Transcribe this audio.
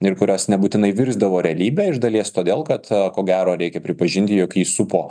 ir kurios nebūtinai virsdavo realybe iš dalies todėl kad ko gero reikia pripažinti jog jį supo